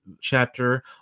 chapter